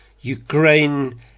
Ukraine